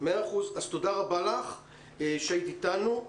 תודה רבה לך שהיית איתנו.